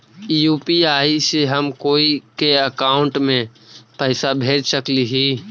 UPI से हम कोई के अकाउंट में पैसा भेज सकली ही?